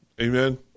Amen